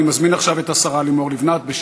אני מזמין עכשיו את השרה לימור לבנת להשיב,